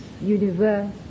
universe